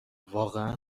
واقعا